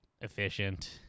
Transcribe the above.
efficient